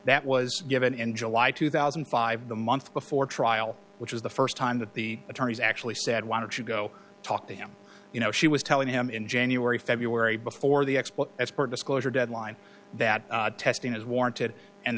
that was given in july two thousand and five the month before trial which is the st time that the attorneys actually said why don't you go talk to him you know she was telling him in january february before the export export disclosure deadline that testing is warranted and